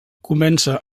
comença